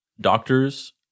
doctors